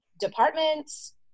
departments